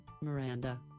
Miranda